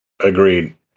Agreed